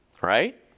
right